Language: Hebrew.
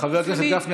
חבר הכנסת גפני,